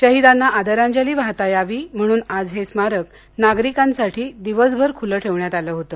शहिदांना आदरांजली वाहता यावी म्हणून आज हे स्मारक नागरिकांसाठी दिवसभर खुलं ठेवण्यात आलं होतं